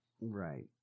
Right